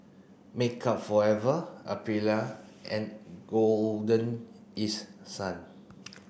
Makeup Forever Aprilia and Golden East Sun